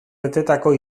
betetako